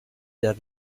del